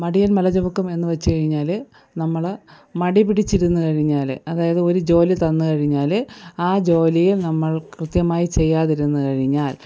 മടിയൻ മല ചുമക്കും വെച്ച് കഴിഞ്ഞാൽ നമ്മൾ മടി പിടിച്ചിരുന്നു കഴിഞ്ഞാൽ അതായത് ഒരു ജോലി തന്ന് കഴിഞ്ഞാൽ ആ ജോലിയിൽ നമ്മൾ കൃത്യമായി ചെയ്യാതിരുന്നു കഴിഞ്ഞാൽ